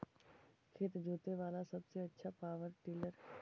खेत जोते बाला सबसे आछा पॉवर टिलर?